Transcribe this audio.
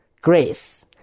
grace